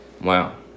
Wow